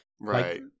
Right